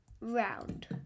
round